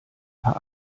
paar